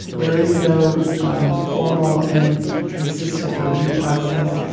there is no formal and consistent review process.